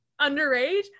underage